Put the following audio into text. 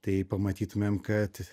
tai pamatytumėme kad